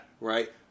Right